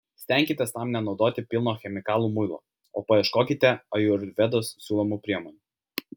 stenkitės tam nenaudoti pilno chemikalų muilo o paieškokite ajurvedos siūlomų priemonių